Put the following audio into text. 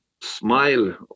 smile